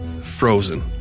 frozen